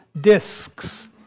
discs